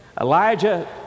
Elijah